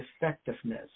effectiveness